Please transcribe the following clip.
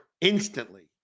instantly